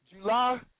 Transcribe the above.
July